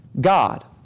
God